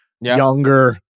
younger